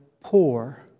poor